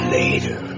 later